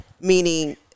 Meaning